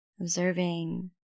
Observing